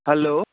hello